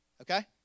okay